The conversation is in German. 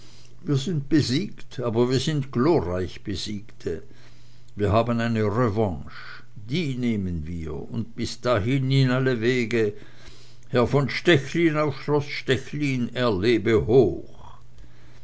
wir sind besiegt aber wir sind glorreich besiegte wir haben eine revanche die nehmen wir und bis dahin in alle wege herr von stechlin auf schloß stechlin er lebe hoch